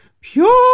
pure